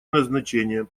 назначения